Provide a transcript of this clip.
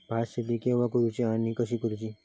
भात शेती केवा करूची आणि कशी करुची?